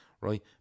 right